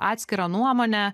atskirą nuomonę